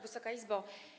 Wysoka Izbo!